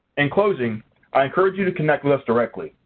in closing i encourage you to connect with us directly.